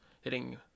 hitting